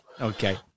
Okay